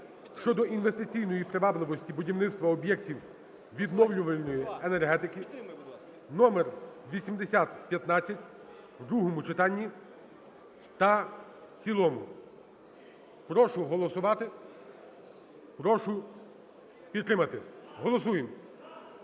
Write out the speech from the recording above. (щодо інвестиційної привабливості будівництва об'єктів відновлювальної енергетики) (№ 8015) в другому читанні та в цілому. Прошу голосувати, прошу підтримати. Голосуємо,